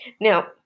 now